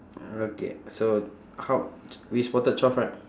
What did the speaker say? okay so how we spotted twelve right